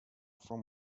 from